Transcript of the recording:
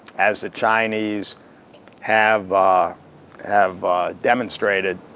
as the chinese have have demonstrated,